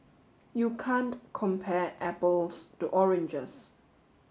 you can't compare apples to oranges